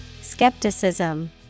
Skepticism